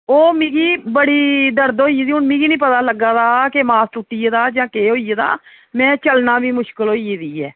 ओह मिगी बड़ी दर्द होई गेदी हून मिगी नी पता लग्गै दा के मास त्रुट्टी गेदा जां के होई गेदा मैं चलना बी मुश्कल होई गेदी ऐ